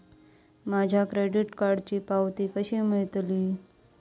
माझ्या क्रेडीट कार्डची पावती कशी मिळतली?